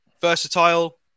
versatile